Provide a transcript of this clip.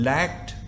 Lacked